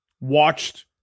watched